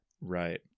right